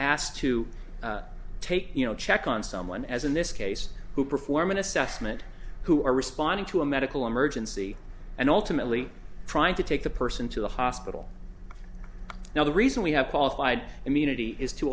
asked to take you know check on someone as in this case who perform an assessment who are responding to a medical emergency and ultimately trying to take the person to the hospital now the reason we have qualified immunity is to